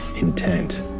intent